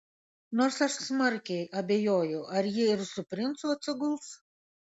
nors aš smarkiai abejoju ar ji ir su princu atsiguls